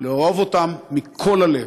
לאהוב אותם מכל הלב.